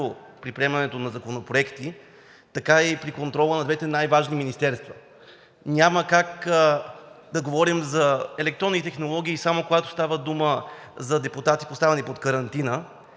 при приемането на законопроекти, така и при контрола на двете най-важни министерства. Няма как да говорим за електронни технологии само когато става дума за депутати, поставени под карантина.